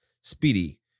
Speedy